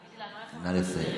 נא לסיים.